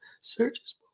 searches